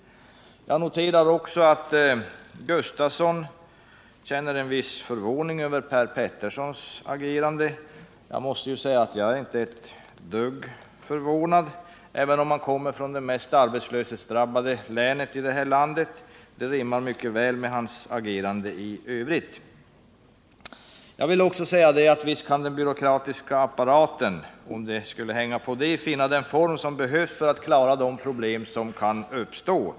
Jag noterar också att Åke Gustavsson känner en viss förvåning över Per Peterssons agerande. Jag måste säga att jag är inte ett dugg förvånad, även om han kommer från det mest arbetslöshetsdrabbade länet i det här landet. Det rimmar mycket väl med hans agerande i övrigt. Visst kan den byråkratiska apparaten, om det skulle hänga på detta, finna den form som behövs för att klara de problem som kan uppstå.